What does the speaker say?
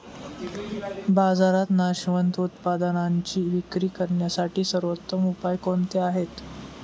बाजारात नाशवंत उत्पादनांची विक्री करण्यासाठी सर्वोत्तम उपाय कोणते आहेत?